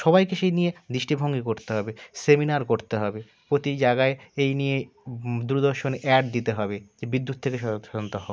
সবাইকে সেই নিয়ে দৃষ্টিভঙ্গী করতে হবে সেমিনার করতে হবে প্রতি জায়গায় এই নিয়ে দূরদর্শনে অ্যাড দিতে হবে যে বিদ্যুৎ থেকে সচেতন হও